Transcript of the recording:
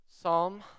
Psalm